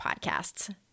podcasts